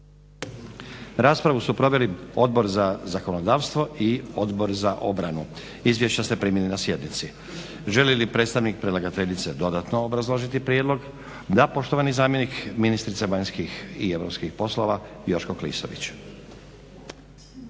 Raspravu su proveli Odbor za zakonodavstvo i Odbor za obranu. Izvješća ste primili na sjednici? Želi li predstavnik predlagateljice dodatno obrazložiti prijedlog, da, poštovani zamjenik ministrice vanjskih i europskih poslova Joško Klisović.